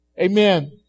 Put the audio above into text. Amen